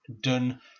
done